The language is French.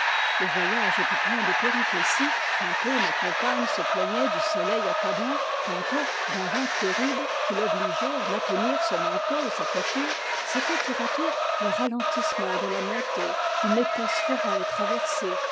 le voyage était plein de péripéties tantôt ma compagne se plaignait du soleil accablant tantôt d'un vent terrible qui l'obligeait à maintenir son manteau et sa coiffure c'était tour à tour le ralentissement de la montée une épaisse forêt traversée